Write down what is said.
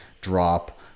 drop